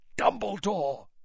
Dumbledore